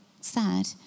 sad